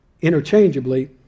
interchangeably